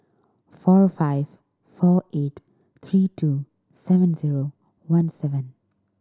four five four eight three two seven zero one seven